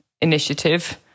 Initiative